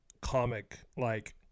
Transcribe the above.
comic-like